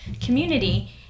community